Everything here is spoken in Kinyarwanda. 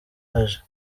aje